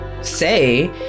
say